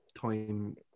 time